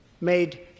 made